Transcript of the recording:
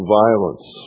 violence